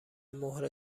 مهر